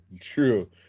True